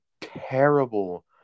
terrible